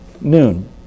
noon